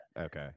Okay